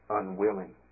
unwilling